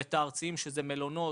ואת הארציים שהם מלונות,